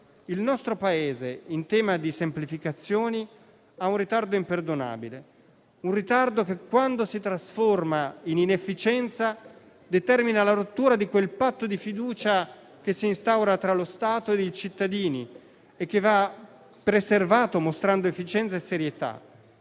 il nostro Paese ha un ritardo imperdonabile, che, quando si trasforma in inefficienza, determina la rottura di quel patto di fiducia che si instaura tra lo Stato e i cittadini e che va preservato, mostrando efficienza e serietà,